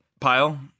Pile